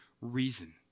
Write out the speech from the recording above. reason